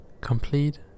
complete